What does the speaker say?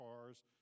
cars